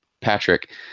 patrick